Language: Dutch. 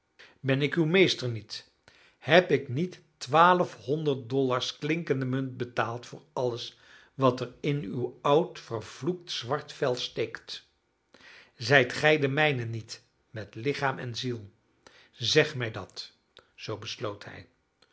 ben ik uw meester niet heb ik niet twaalfhonderd dollars klinkende munt betaald voor alles wat er in uw oud vervloekt zwart vel steekt zijt gij de mijne niet met lichaam en ziel zeg mij dat zoo besloot hij